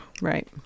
right